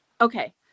okay